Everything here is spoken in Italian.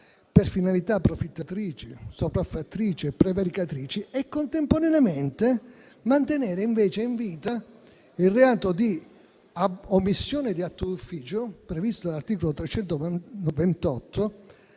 per finalità approfittatrici, sopraffattrici e prevaricatrici, contemporaneamente mantenendo invece in vita il reato di omissione di atto d'ufficio, previsto dall'articolo 328